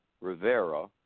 Rivera